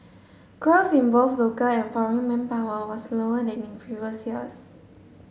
growth in both local and foreign manpower was slower than in previous years